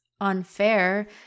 unfair